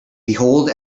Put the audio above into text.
behold